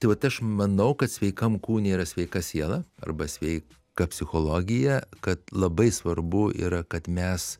tai vat aš manau kad sveikam kūne yra sveika siela arba sveika psichologija kad labai svarbu yra kad mes